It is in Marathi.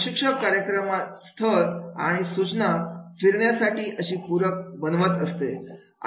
प्रशिक्षक प्रशिक्षण स्थळ आणि सूचना फिरण्यासाठी कशा पूरक बनवत असतात